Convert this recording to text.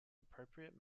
appropriate